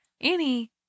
Annie